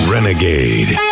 Renegade